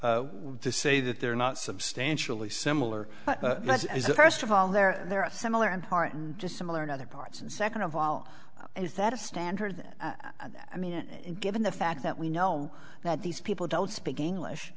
so to say that they're not substantially similar is the first of all they're there are similar and hearten just similar in other parts and second of all is that a standard i mean and given the fact that we know that these people don't speak english